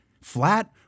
flat